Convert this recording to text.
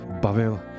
bavil